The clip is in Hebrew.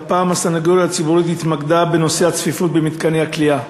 והפעם הסנגוריה הציבורית התמקדה בנושא הצפיפות במתקני הכליאה.